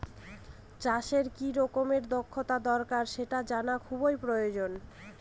চাষের কি রকম দক্ষতা দরকার সেটা জানা খুবই প্রয়োজন